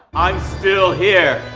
i'm still here!